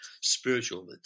spiritual